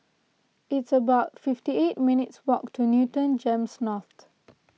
it's about fifty eight minutes' walk to Newton Gems North